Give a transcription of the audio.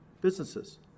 Businesses